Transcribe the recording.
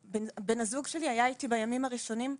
בן הזוג שלי היה איתי בימים הראשונים.